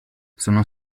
sono